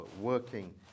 working